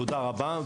תודה רבה.